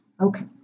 Okay